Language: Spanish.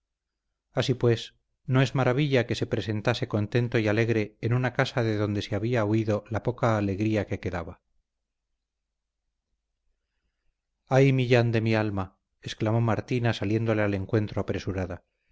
así pues no es maravilla que se presentase contento y alegre en una casa de donde se había huido la poca alegría que quedaba ay millán de mi alma exclamó martina saliéndole al encuentro apresurada